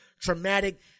traumatic